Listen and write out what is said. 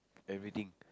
everything